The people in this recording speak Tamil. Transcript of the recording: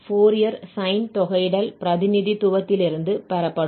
அது ஃபோரியர் சைன் தொகையிடல் பிரதிநிதித்துவத்திலிருந்து பெறப்படும்